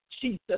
Jesus